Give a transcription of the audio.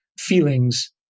feelings